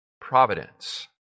Providence